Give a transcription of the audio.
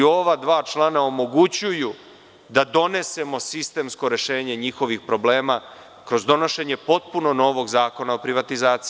Ova dva člana omogućuju da donesemo sistemsko rešenje njihovih problema kroz donošenje potpuno novog zakona o privatizaciji.